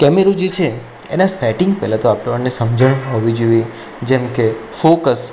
camera જે છે એના સેટિંગ પહેલાં આપણને સમજણ હોવી જોઈએ જેમકે ફોકસ